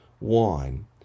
wine